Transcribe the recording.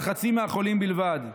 על חצי מהחולים בלבד.